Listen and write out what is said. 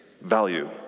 value